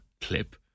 clip